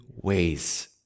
ways